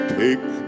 take